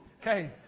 Okay